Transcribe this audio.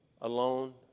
alone